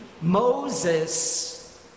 Moses